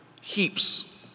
heaps